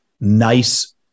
nice